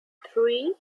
three